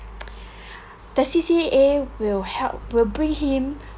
the C_C_A will help will bring him